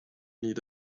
need